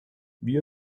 wie